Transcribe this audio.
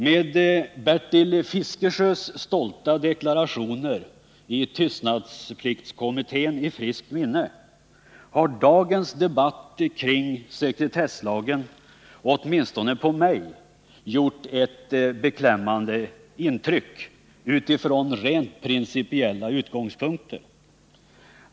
Med Bertil Fiskesjös stolta deklarationer i tystnadspliktskommittén i friskt minne måste jag säga att dagens debatt kring sekretesslagen åtminstone på mig gjort ett beklämmande intryck utifrån rent principiella utgångspunkter.